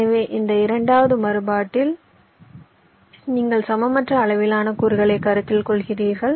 எனவே இந்த இரண்டாவது மாறுபாட்டில் நீங்கள் சமமற்ற அளவிலான கூறுகளைக் கருத்தில் கொள்கிறீர்கள்